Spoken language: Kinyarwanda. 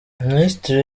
minisitiri